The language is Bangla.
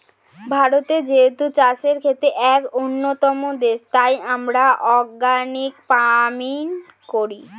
ভারত যেহেতু চাষের ক্ষেত্রে এক অন্যতম দেশ, তাই আমরা অর্গানিক ফার্মিং করি